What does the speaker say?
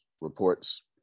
reports